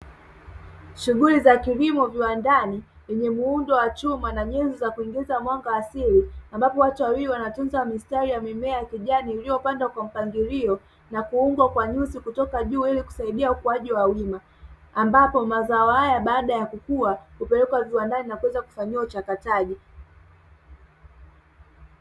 Shughuli za kilimo viwandani yenye muundo wa chuma na nyenzo za kuingiza mwanga wa asili, ambapo watu wawili wanatunza mistari ya mimea ya kijani iliyopandwa kwa mpangilio na kuungwa kwa nyuzi kutoka juu, ili kusaidia ukuaji kwa wima ambapo mazao haya baada ya kukua hupelekwa viwandani na kuweza kufanyiwa uchakataji.